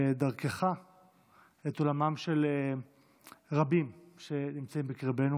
ודרכו את עולמם של רבים שנמצאים בקרבנו